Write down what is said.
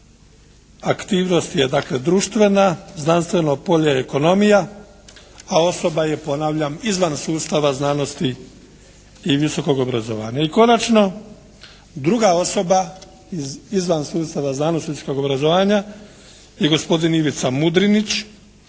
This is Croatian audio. Aktivnost je dakle društvena. Znanstveno polje je ekonomija, a osoba je ponavljam izvan sustava znanosti i visokog obrazovanja. I konačno druga osoba izvan sustava znanosti i visokog obrazovanja je gospodin Ivica Mudrinić.